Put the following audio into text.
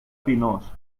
pinós